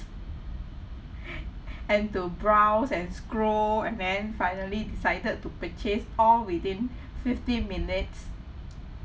and to browse and scroll and then finally decided to purchase all within f~ fifteen minutes